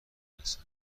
نرسم